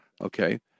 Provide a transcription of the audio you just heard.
Okay